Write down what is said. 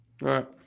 right